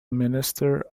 minister